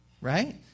right